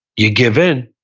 you give in,